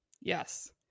Yes